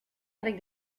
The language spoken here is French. avec